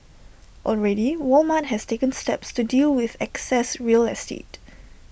already Walmart has taken steps to deal with excess real estate